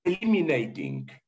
eliminating